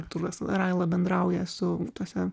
artūras raila bendrauja su tuose